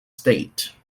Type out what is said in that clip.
state